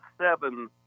seven